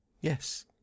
yes